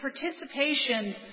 participation